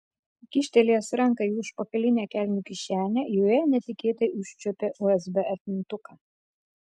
kyštelėjęs ranką į užpakalinę kelnių kišenę joje netikėtai užčiuopė usb atmintuką